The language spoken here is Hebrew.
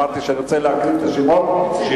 אמרתי שאני רוצה להקריא את השמות של